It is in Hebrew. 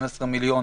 12 מיליון